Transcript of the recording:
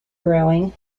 growing